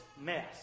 mess